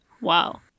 Wow